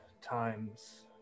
times